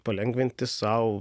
palengvinti sau